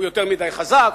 הוא יותר מדי חזק,